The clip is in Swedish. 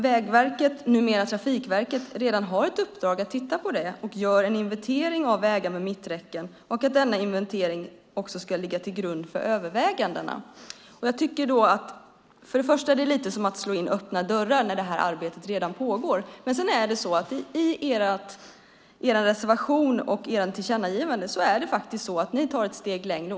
Vägverket, numera Trafikverket, har redan i uppdrag att titta på frågan och gör en inventering av vägar med mitträcken. Denna inventering ska ligga till grund för övervägandena. Först och främst är det i sammanhanget lite grann av att slå in öppna dörrar eftersom ett arbete redan pågår. I reservationen och när det gäller det ni säger om ett tillkännagivande tar ni faktiskt ett steg längre.